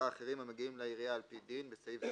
אחרים המגיעים לעירייה על פי דין (בסעיף זה,